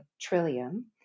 trillium